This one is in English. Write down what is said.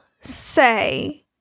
say